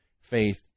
faith